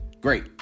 Great